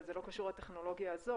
אבל זה לא קשור לטכנולוגיה הזו,